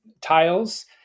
tiles